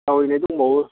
जावायनाय दंबावो